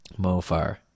Mofar